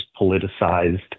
politicized